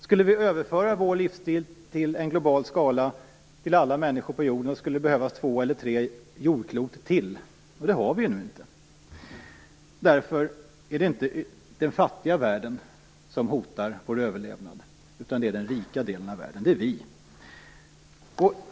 Skulle vi överföra vår livsstil i en global skala till alla människor på jorden skulle det behövas två eller tre jordklot till, och det har vi inte. Därför är det inte den fattiga delen av världen som hotar vår överlevnad utan det är den rika delen av världen, dvs. vi.